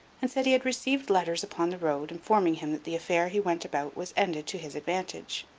and said he had received letters upon the road, informing him that the affair he went about was ended to his advantage.